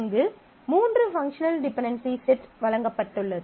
அங்கு மூன்று functional dependency set வழங்கப்பட்டுள்ளது